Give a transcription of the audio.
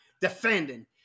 defending